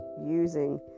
using